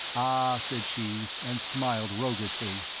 ah, said she, and smiled roguishly,